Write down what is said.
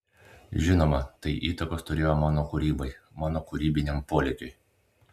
žinoma tai įtakos turėjo mano kūrybai mano kūrybiniam polėkiui